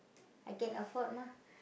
I can afford mah